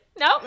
No